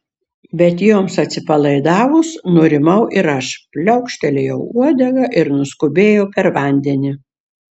bet joms atsipalaidavus nurimau ir aš pliaukštelėjau uodega ir nuskubėjau per vandenį